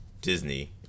Disney